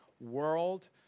world